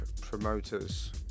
promoters